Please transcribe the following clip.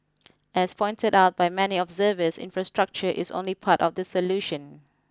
as pointed out by many observers infrastructure is only part of the solution